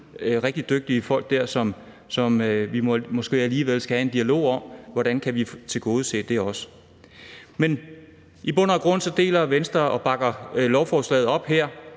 rigtig dygtige folk der, og vi skal måske alligevel have en dialog om, hvordan vi kan tilgodese dem også. Men i bund og grund deler Venstre synspunkterne og bakker lovforslaget op,